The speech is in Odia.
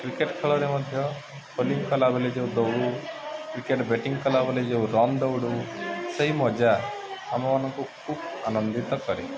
କ୍ରିକେଟ୍ ଖେଳରେ ମଧ୍ୟ ବୋଲିଲିଂ କଲାବେଲେ ଯୋଉ ଦୌଡ଼ୁ କ୍ରିକେଟ୍ ବ୍ୟାଟିଂ କଲାବେଳେ ଯେଉଁ ରନ୍ ଦୌଡ଼ୁ ସେଇ ମଜା ଆମମାନଙ୍କୁ ଖୁବ୍ ଆନନ୍ଦିତ କରେ